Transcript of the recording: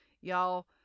Y'all